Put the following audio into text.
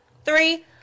three